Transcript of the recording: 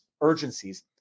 urgencies